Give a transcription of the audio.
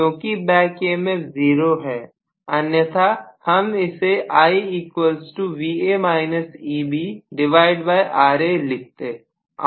क्योंकि back emf 0 है अन्यथा हम इसे IRa लिखते